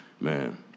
Man